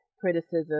criticism